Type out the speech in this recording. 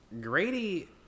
Grady